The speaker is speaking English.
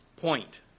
Point